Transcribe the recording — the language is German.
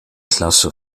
klasse